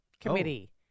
Committee